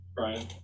Brian